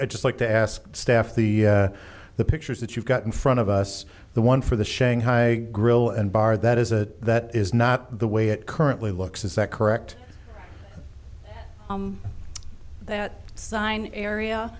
just like to ask staff the the pictures that you've got in front of us the one for the shanghai grill and bar that is a that is not the way it currently looks is that correct that sign area